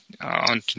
on